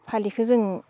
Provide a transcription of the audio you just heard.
फालिखौ जों